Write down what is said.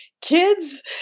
kids